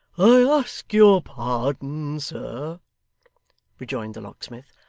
i ask your pardon, sir rejoined the locksmith.